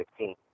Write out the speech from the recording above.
2016